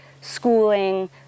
schooling